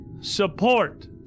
support